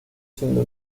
siendo